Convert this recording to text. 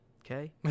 okay